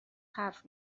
حرف